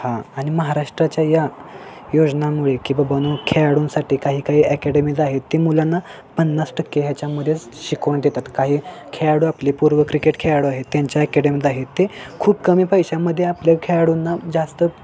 हां आणि महाराष्ट्राच्या या योजनांमुळे की बाबा न खेळाडूंसाठी काही काही ॲकॅडमीज आहेत ते मुलांना पन्नास टक्के ह्याच्यामध्ये शिकवून देतात काही खेळाडू आपले पूर्व क्रिकेट खेळाडू आहेत त्यांच्या ॲकॅडमीज आहेत ते खूप कमी पैशामध्ये आपल्या खेळाडूंना जास्त